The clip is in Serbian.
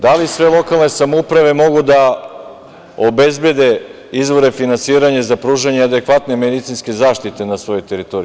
Da li sve lokalne samouprave mogu da obezbede izvore finansiranja za pružanje adekvatne medicinske zaštite na svojoj teritoriji?